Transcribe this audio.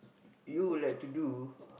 you would like to do